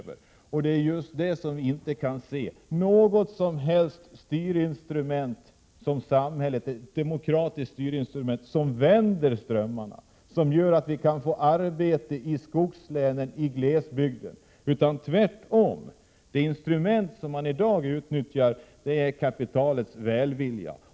Vi kan inte se att det finns något som helst demokratiskt styrinstrument med vilket samhället skulle kunna vända strömmarna, något instrument som gör det möjligt för människorna att få arbete i skogslänen och i glesbygden. Tvärom — det instrument som man i dag utnyttjar är kapitalets välvilja.